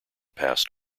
passed